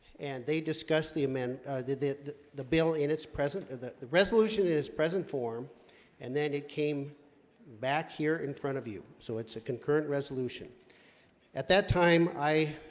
and they discussed the amend the the the bill in its present of the the resolution in his present form and then it came back here in front of you, so it's a concurrent resolution at that time i